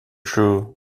drew